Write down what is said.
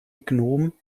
gnom